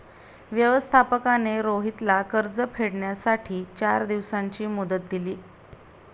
व्यवस्थापकाने रोहितला कर्ज फेडण्यासाठी चार दिवसांची मुदत दिली